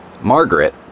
Margaret